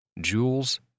Jewels